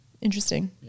Interesting